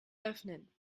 öffnen